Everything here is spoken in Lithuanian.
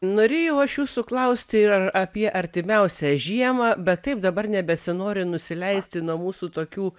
norėjau aš jūsų klausti ir apie artimiausią žiemą bet taip dabar nebesinori nusileisti nuo mūsų tokių